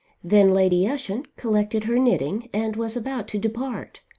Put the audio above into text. then lady ushant collected her knitting and was about to depart.